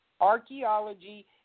Archaeology